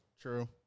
True